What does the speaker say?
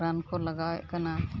ᱨᱟᱱᱠᱚ ᱞᱟᱜᱟᱣᱮᱫ ᱠᱟᱱᱟ